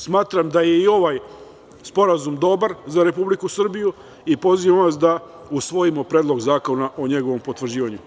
Smatram da je i ovaj sporazum dobar za Republiku Srbiju i pozivam vas da usvojimo Predloga zakona o njegovom potvrđivanju.